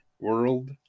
world